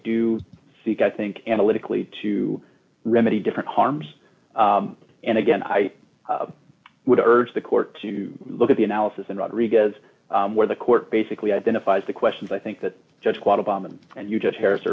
do seek i think analytically to remedy different harms and again i would urge the court to look at the analysis and rodriguez where the court basically identifies the questions i think that judge quite a bomb and you just hairs